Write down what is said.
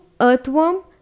earthworm